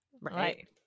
Right